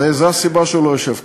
זאת הסיבה שהוא לא יושב כאן.